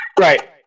right